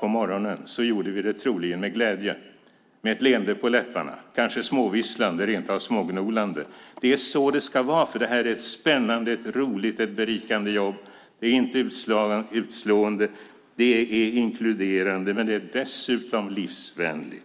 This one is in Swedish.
på morgonen i dag gjorde vi det troligen med glädje, med ett leende på läpparna. Vi kanske småvisslade eller rent av smågnolade. Det är så det ska vara, för det här är ett spännande, roligt och berikande jobb. Det slår inte ut. Det är inkluderande. Det är dessutom livsvänligt.